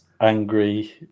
angry